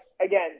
again